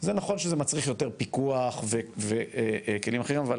זה נכון שזה מצריך יותר פיקוח וכלים אחרים, אבל